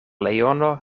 leono